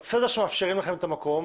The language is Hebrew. זה בסדר שמאפשרים לכם את המקום,